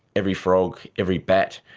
every frog, every bat,